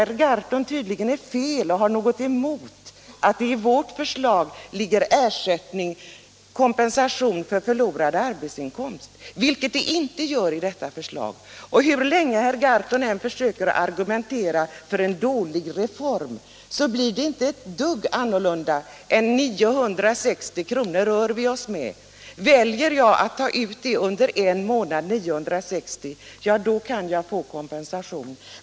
Skillnaden mellan vårt förslag och det här är att det i vårt förslag ligger kompensation för förlorad arbetsinkomst, vilket herr Gahrton tydligen tycker är fel och sätter sig emot. Hur länge herr Gahrton än försöker argumentera för en dålig reform, blir det inte mer än 960 kr. att röra sig med. Väljer man att ta ut det under en månad kan man få kompensation.